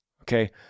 Okay